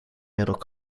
middle